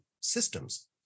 systems